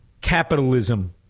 capitalism